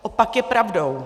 Opak je pravdou.